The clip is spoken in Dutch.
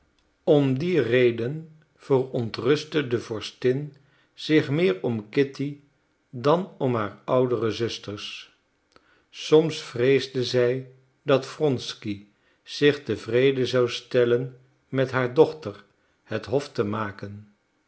om die reden verontrustte de vorstin zich meer om kitty dan om haar oudere zusters soms vreesde zij dat wronsky zich tevreden zou stellen met haar dochter het hof te maken